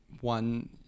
one